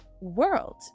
world